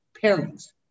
parents